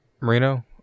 Marino